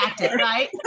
right